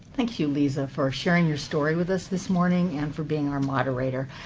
thank you, liza, for sharing your story with us this morning and for being our moderator.